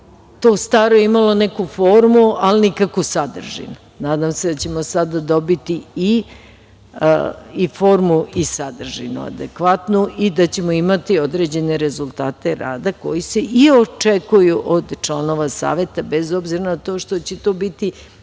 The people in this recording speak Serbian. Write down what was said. to staro je imalo neku formu, ali nikakvu sadržinu. Nadam se da ćemo sad dobiti i formu i sadržinu adekvatnu i da ćemo imati određene rezultate rada koji se i očekuju od članova Saveta, bez obzira na to što će to biti